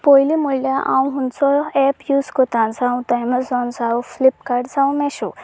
पयलीं म्हणल्यार हांव खंयचो एप यूज करता जावं तो एमेझोन जावं फ्लिपकार्ट जावं मॅशो